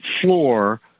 floor